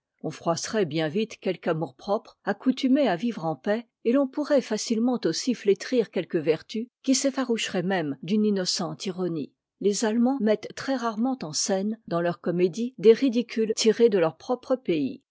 on froisserait bien vite quelque amourpropre accoutumé à vivre en paix et l'on pourrait facilement aussi flétrir quelque vertu qui s'effaroucherait même d'une innocente ironie les allemands mettent très-rarement en scène dans leurs comédies des ridicules tirés de leur propre pays